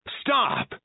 Stop